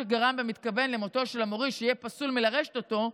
שגרם במתכוון למותו של המוריש יהיה פסול מלרשת אותו,